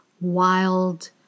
wild